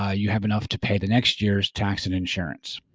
ah you have enough to pay the next year's tax and insurance.